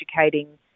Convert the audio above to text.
educating